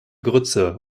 grütze